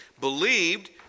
believed